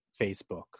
Facebook